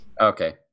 Okay